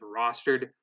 rostered